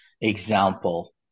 example